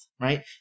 right